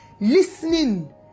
listening